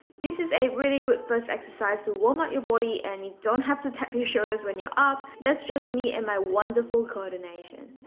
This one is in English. this is a really good first exercise to warm up your body and you don't have to tap your shoulders when you're up, that's just me and my wonderful coordination